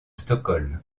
stockholm